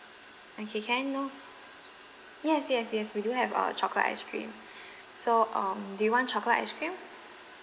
okay can I know yes yes yes we do have uh chocolate ice cream so um do you want chocolate ice cream